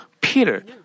Peter